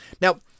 Now